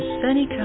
sunny